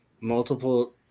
multiple